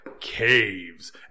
Caves